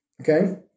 Okay